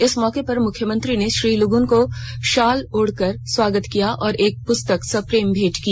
इस मौके पर मुख्यमंत्री ने श्री लुगुन को शॉल ओढ़ाकर स्वागत किया और एक पुस्तक सप्रेम भेंट की